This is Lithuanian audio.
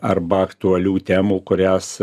arba aktualių temų kurios